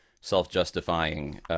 self-justifying